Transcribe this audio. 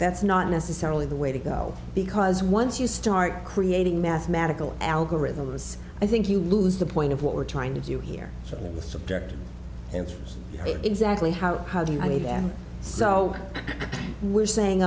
that's not necessarily the way to go because once you start creating mathematical algorithms i think you lose the point of what we're trying to do here in the subject and exactly how how do you meet and so we're saying